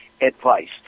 advice